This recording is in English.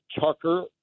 Tucker